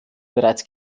bereits